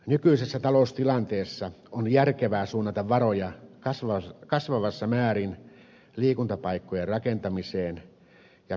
nykyisessä taloustilanteessa on järkevää suunnata varoja kasvavassa määrin liikuntapaikkojen rakentamiseen ja peruskorjaukseen